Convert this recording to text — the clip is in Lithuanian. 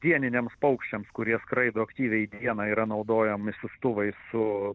dieniniams paukščiams kurie skraido aktyviai dieną yra naudojami siųstuvai su